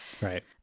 Right